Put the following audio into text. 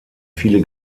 viele